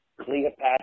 Cleopatra